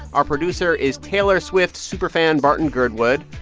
our producer is taylor swift superfan barton girdwood.